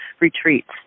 retreats